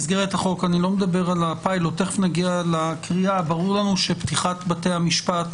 שיהיו יותר בתי משפט